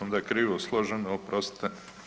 Onda je krivo složeno, oprostite.